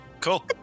Cool